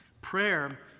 Prayer